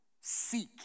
seek